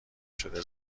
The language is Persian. شده